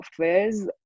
softwares